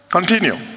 Continue